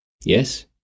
Yes